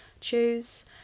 choose